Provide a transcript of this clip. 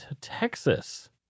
Texas